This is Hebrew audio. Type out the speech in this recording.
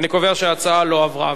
אני קובע שההצעה לא עברה.